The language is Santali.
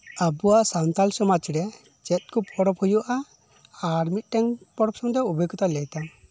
ᱟᱵᱚᱣᱟᱜ ᱥᱟᱱᱛᱟᱞ ᱥᱚᱢᱟᱡᱽ ᱨᱮ ᱪᱮᱫ ᱠᱚ ᱯᱚᱨᱚᱵᱽ ᱦᱳᱭᱳᱜᱼᱟ ᱟᱨ ᱢᱤᱫ ᱴᱮᱱ ᱯᱚᱨᱚᱵᱽ ᱥᱚᱢᱢᱚᱱᱫᱷᱮ ᱚᱵᱷᱤᱜᱽᱜᱚᱛᱟ ᱞᱟᱹᱭ ᱛᱟᱢ